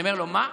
אני אומר לו: מה?